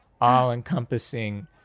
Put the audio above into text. all-encompassing